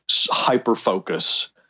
hyper-focus